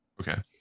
okay